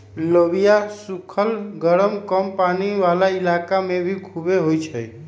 लोबिया सुखल गरम कम पानी वाला इलाका में भी खुबे होई छई